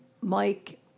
Mike